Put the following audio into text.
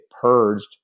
purged